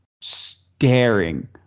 staring